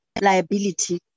liability